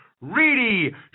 Reedy